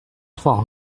trois